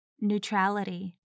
Neutrality